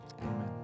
Amen